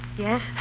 Yes